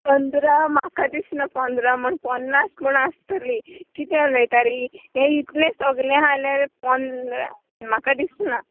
पंदरा म्हाका दिसना पंदरा म्हूण पन्नास पूण आसतोली कितें उलोयता रे हें इतलें सोगळें आहा जाल्या पंदरा म्हाका दिसना